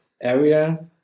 area